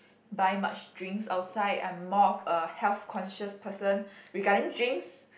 buy much drinks outside I'm more of a health conscious person regarding drinks